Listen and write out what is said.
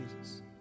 Jesus